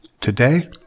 Today